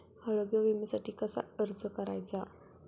आरोग्य विम्यासाठी कसा अर्ज करायचा?